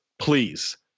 please